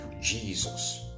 Jesus